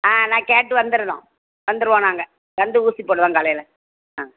ஆ நான் கேட்டு வந்துவிடுறோம் வந்துவிடுவோம் நாங்கள் வந்து ஊசி போடுகிறோம் காலையில் ஆ